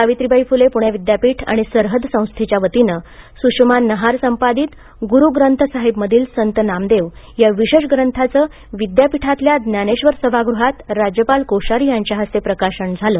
सावित्रीबाई फुले पूणे विद्यापीठ आणि सरहद्द संस्थेच्या वतीने सुषमा नहार संपादित गूरू ग्रंथसाहिब मधील संत नामदेव या विशेष ग्रंथाचे विद्यापीठातल्या ज्ञानेश्वर सभागृहात राज्यपाल कोश्यारी यांच्या हस्ते प्रकाशन झाले